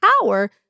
power